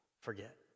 forget